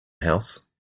house